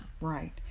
right